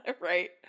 Right